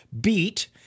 beat